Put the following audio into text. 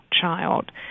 child